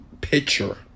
picture